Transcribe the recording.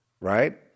right